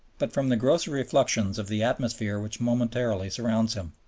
but from the grosser effiuxions of the atmosphere which momentarily surrounds him.